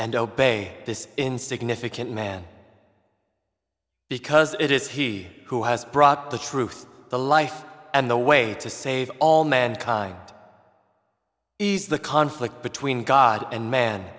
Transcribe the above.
and obey this insignificant man because it is he who has brought the truth the life and the way to save all mankind is the conflict between god and man